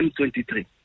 M23